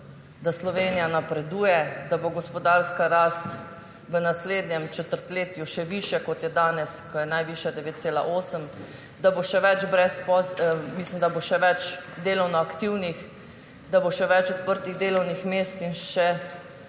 da Slovenija napreduje, da bo gospodarska rast v naslednjem četrtletju še višja, kot je danes, ko je najvišja, 9,8, da bo še več delovno aktivnih, da bo še več odprtih delovnih mest in da